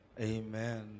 amen